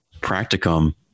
practicum